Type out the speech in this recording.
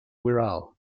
wirral